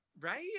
Right